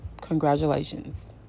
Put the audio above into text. congratulations